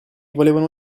volevano